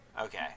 Okay